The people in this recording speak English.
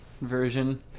version